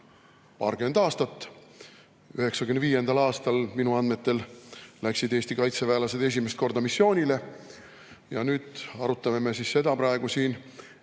paarkümmend aastat. 1995. aastal minu andmetel läksid Eesti kaitseväelased esimest korda missioonile. Ja nüüd arutame me praegu seda,